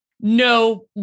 No